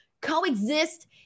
coexist